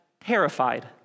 terrified